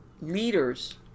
leaders